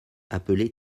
appelée